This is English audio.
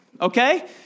Okay